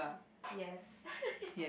yes